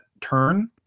turn